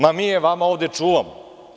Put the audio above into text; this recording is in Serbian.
Ma, mi je vama ovde čuvamo.